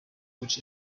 which